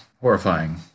horrifying